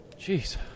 Jeez